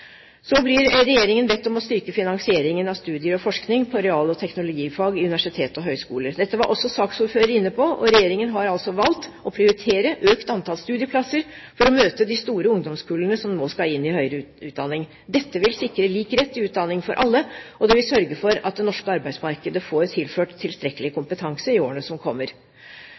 Så blir regjeringen bedt om å styrke finansieringen av studier og forskning på real- og teknologifag i universitet og høyskoler. Dette var også saksordføreren inne på, og regjeringen har valgt å prioritere økt antall studieplasser for å møte de store ungdomskullene som nå skal inn i høyere utdanning. Dette vil sikre lik rett til utdanning for alle, og det vil sørge for at det norske arbeidsmarkedet får tilført tilstrekkelig kompetanse i årene som kommer.